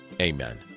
Amen